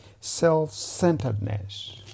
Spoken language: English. Self-centeredness